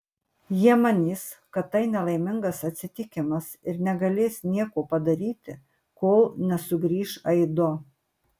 jie manys kad tai nelaimingas atsitikimas ir negalės nieko padaryti kol nesugrįš aido